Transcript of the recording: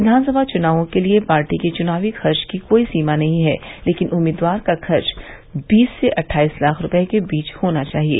विधानसभा चुनावों के लिये पार्टी के चुनावी खर्च की कोई सीमा नहीं है लेकिन उम्मीदवार का खर्च बीस से अट्ठाईस लाख रुपये के बीच होना चाहिये